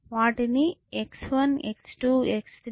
వాటిని x1 x2 x3 x4